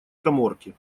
каморки